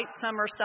summer